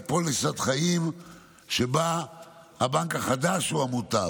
פוליסת חיים שבה הבנק החדש הוא המוטב.